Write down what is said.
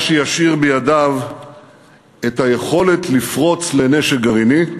מה שישאיר בידיו את היכולת לפרוץ לנשק גרעיני,